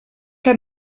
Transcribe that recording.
que